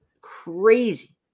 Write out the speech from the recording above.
crazy